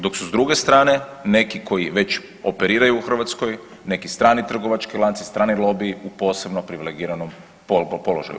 Dok su s druge strane neki koji već operiraju u Hrvatskoj, neki strani trgovački lanci, strani lobiji u posebno privilegiranom položaju.